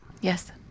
Yes